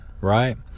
Right